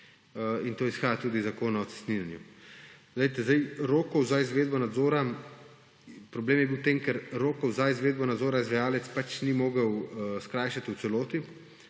in to izhaja tudi iz Zakona o cestninjenju. Glejte, rokov za izvedbo nadzora – problem je bil v tem, ker rokov za izvedbo nadzora izvajalec pač ni mogel skrajšati v celoti,